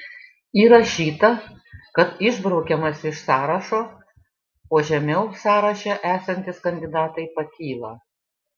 įrašyta kad išbraukiamas iš sąrašo o žemiau sąraše esantys kandidatai pakyla